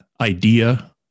idea